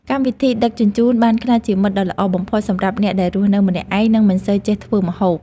កម្មវិធីដឹកជញ្ជូនបានក្លាយជាមិត្តដ៏ល្អបំផុតសម្រាប់អ្នកដែលរស់នៅម្នាក់ឯងនិងមិនសូវចេះធ្វើម្ហូប។